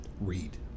Read